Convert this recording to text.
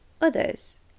others